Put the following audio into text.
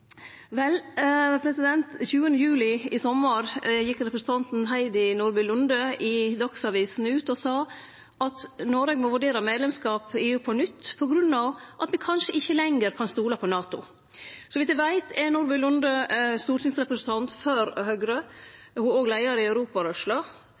i sommar, den 20. juli, gjekk representanten Heidi Nordby Lunde ut i Dagsavisen og sa at Noreg må vurdere medlemskap i EU på nytt på grunn av at me kanskje ikkje lenger kan stole på NATO. Så vidt eg veit, er Nordby Lunde stortingsrepresentant